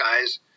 guys